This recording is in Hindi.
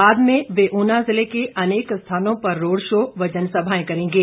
बाद में वे ऊना जिले के अनेक स्थानों पर रोड शो व जनसभाएं करेंगे